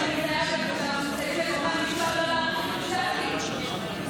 תוך כדי שאנחנו מסייעים לגורמי המקצוע לא להאריך את התהליך.